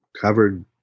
covered